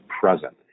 present